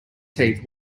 teeth